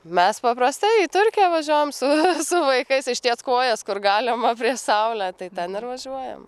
mes paprastai į turkiją važiuojam su vaikais ištiest kojas kur galima prieš saulę tai ten ir važiuojam